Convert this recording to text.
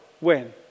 win